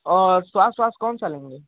और सॉस वॉस कौन सा लेंगे